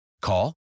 Call